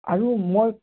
আৰু মই